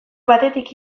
batetik